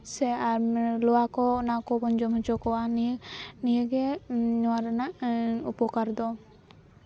ᱥᱮ ᱟᱨ ᱞᱚᱣᱟ ᱠᱚ ᱚᱱᱟ ᱠᱚᱵᱚᱱ ᱡᱚᱢ ᱦᱚᱪᱚ ᱠᱚᱣᱟ ᱱᱤᱭᱟᱹ ᱱᱤᱭᱟᱹ ᱜᱮ ᱱᱚᱣᱟ ᱨᱮᱱᱟᱜ ᱩᱯᱚᱠᱟᱨ ᱫᱚ